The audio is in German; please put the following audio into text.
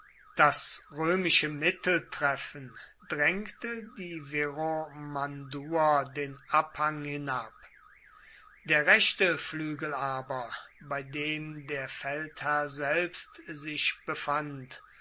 das römische mitteltreffen drängte die viromanduer den abhang hinab der rechte flügel aber bei dem der feldherr selbst sich befand